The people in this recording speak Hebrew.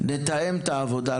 נתאם את העבודה,